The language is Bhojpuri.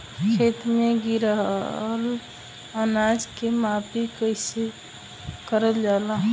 खेत में गिरल अनाज के माफ़ी कईसे करल जाला?